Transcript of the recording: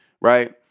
right